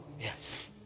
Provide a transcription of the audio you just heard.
yes